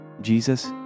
Jesus